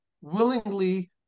willingly